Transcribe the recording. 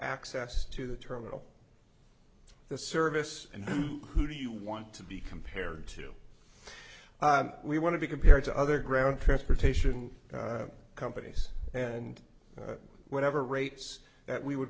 access to the terminal the service and who do you want to be compared to we want to be compared to other ground transportation companies and whatever rates that we would